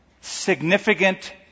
significant